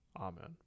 Amen